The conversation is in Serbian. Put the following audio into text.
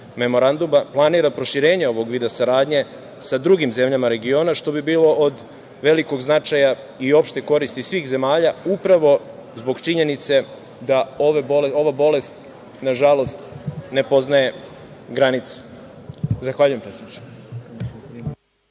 Memoranduma, planira proširenje ovog vida saradnje sa drugim zemljama regiona, što bi bilo od velikog značaja i opšte koristi svih zemalja, upravo zbog činjenice da ova bolest, nažalost, ne poznaje granice. Zahvaljujem predsedniče.